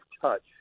touch